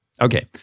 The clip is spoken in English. okay